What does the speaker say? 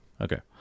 okay